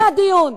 זה הדיון,